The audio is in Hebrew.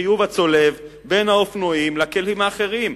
החיוב הצולב בין האופנועים לכלים האחרים,